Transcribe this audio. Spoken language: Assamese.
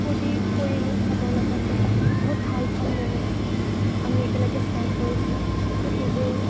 ফূৰ্তি কৰিলোঁ সবৰ লগতে বহুত ভাল ভাল মোমেণ্টছ আমি একেলগে স্পেণ্ড কৰিছোঁ তো সেইবোৰ